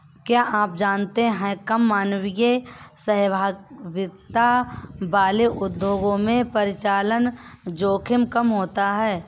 क्या आप जानते है कम मानवीय सहभागिता वाले उद्योगों में परिचालन जोखिम कम होता है?